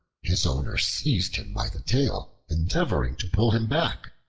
his owner seized him by the tail, endeavoring to pull him back.